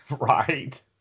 Right